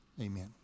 Amen